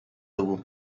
dugu